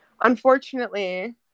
Unfortunately